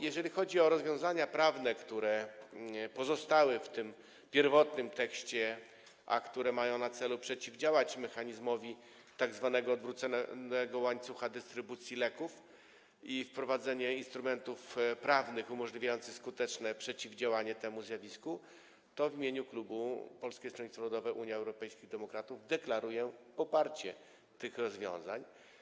Jeżeli chodzi o rozwiązania prawne, które pozostały w tym pierwotnym tekście, które mają na celu przeciwdziałanie mechanizmowi tzw. odwróconego łańcucha dystrybucji leków i wprowadzenie instrumentów prawnych umożliwiających skuteczne przeciwdziałanie temu zjawisku, w imieniu klubu Polskiego Stronnictwa Ludowego - Unii Europejskich Demokratów deklaruję poparcie dla tych rozwiązań.